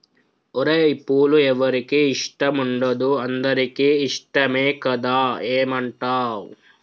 ఓరై పూలు ఎవరికి ఇష్టం ఉండదు అందరికీ ఇష్టమే కదా ఏమంటావ్